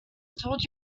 told